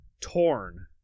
torn